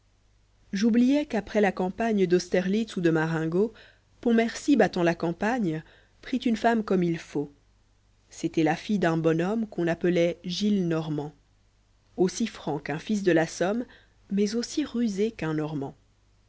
j'oubliais qu'après la campagne d'austerlitz ou de marcngo pontmercy battant la campagne prit une femme comme il fan t c'était la fille d'un bonhomme qu'on appelait oillenormand aussi franc qu'un fils de la somme mais aussi rusé qu'un normand